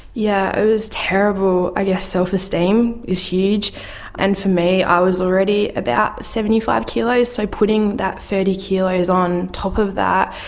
yeah it was terrible, i guess self-esteem is huge and for me i was already about seventy five kilos so putting that thirty kilos on top of that,